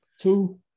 two